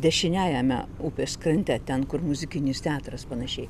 dešiniajame upės krante ten kur muzikinis teatras panašiai